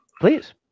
Please